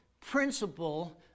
principle